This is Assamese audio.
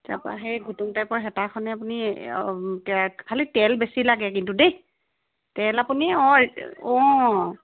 তাপা সেই ঘুটুং টাইপৰ হেতাখনে আপুনি খালি তেল বেছি লাগে কিন্তু দেই তেল আপুনি অঁ